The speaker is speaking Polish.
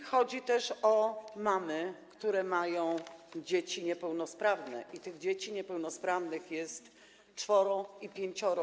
Chodzi też o mamy, które mają dzieci niepełnosprawne, i tych dzieci niepełnosprawnych jest czworo, a czasem pięcioro.